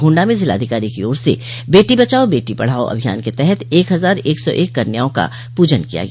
गोण्डा में जिलाधिकारी की ओर से बेटी बचाओ बेटी पढ़ाओ अभियान के तहत एक हजार एक सौ एक कन्याओं का पूजन किया गया